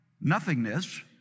nothingness